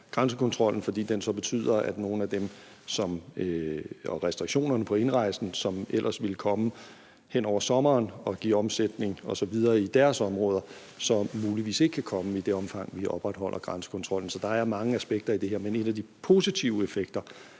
indrejse så betyder, at nogle af dem, der ellers ville komme hen over sommeren og give omsætning osv. i deres områder, så muligvis ikke kan komme i det omfang, vi opretholder grænsekontrollen. Så der er mange aspekter i det her, men en af de positive effekter